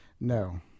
No